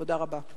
תודה רבה.